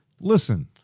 listen